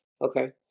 Okay